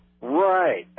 Right